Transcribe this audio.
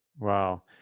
Wow